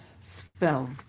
spell